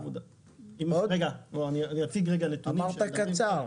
אמרת קצר.